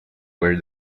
where